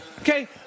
Okay